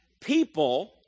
People